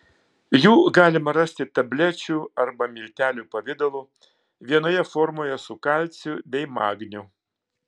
jų galima rasti tablečių arba miltelių pavidalu vienoje formoje su kalciu bei magniu